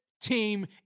team